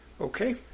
Okay